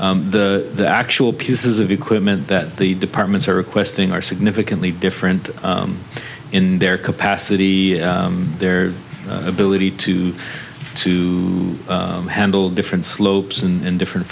slope the actual pieces of equipment that the departments are requesting are significantly different in their capacity their ability to to handle different slopes and different